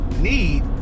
need